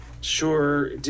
Sure